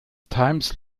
times